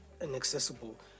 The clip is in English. inaccessible